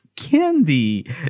candy